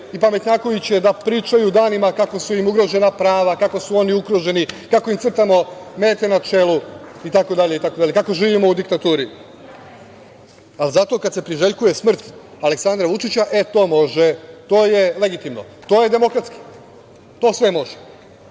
i pametnjakoviće da pričaju danima kako su im ugrožena prava, kako su oni ugroženi, kako im crtamo mete na čelu, kako živimo u diktaturi, itd. Zato, kad se priželjkuje smrt Aleksandra Vučića, e to može. To je legitimno, to je demokratski, to sve